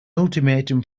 ultimatum